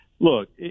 Look